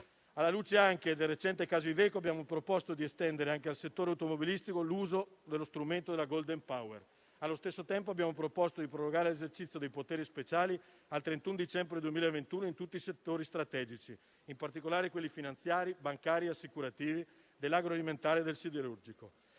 Alla luce anche del recente caso Iveco, abbiamo proposto di estendere al settore automobilistico l'uso dello strumento della *golden power*. Allo stesso tempo, abbiamo proposto di prorogare l'esercizio dei poteri speciali al 31 dicembre 2021 in tutti i settori strategici e, in particolare, quelli finanziari, bancari e assicurativi, dell'agroalimentare e del siderurgico.